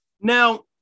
Now